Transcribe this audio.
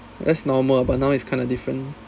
that's normal but now it's kind of different